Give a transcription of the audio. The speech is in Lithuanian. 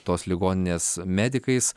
tos ligoninės medikais